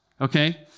okay